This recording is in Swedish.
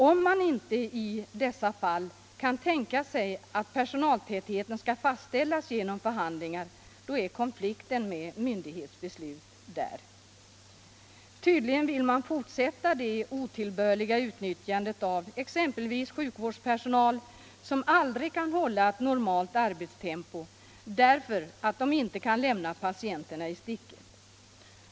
Om man inte i dessa fall kan tänka sig att personaltätheten skall fastställas genom förhandlingar, då är konflikten med myndighets beslut där. Tydligen vill man fortsätta det otillbörliga utnyttjandet av exempelvis sjukvårdspersonal som aldrig kan hålla ett normalt arbetstempo, därför att de inte kan lämna patienterna i sticket.